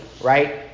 right